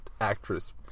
actress